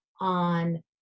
on